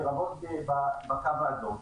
לרבות בקו האדום.